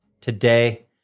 today